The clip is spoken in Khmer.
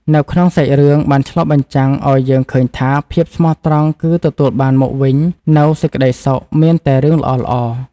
នៅក្នុងសាច់រឿង បានឆ្លុះបញ្ចាំងឲ្យយើងឃើញថា ភាពស្មោះត្រង់គឹ ទទួលបានមកវិញនូវសេចក្ដីសុខ មានតែរឿងល្អៗ។